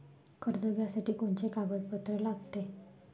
कर्ज घ्यासाठी कोनचे कागदपत्र लागते?